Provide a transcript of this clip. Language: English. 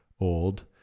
old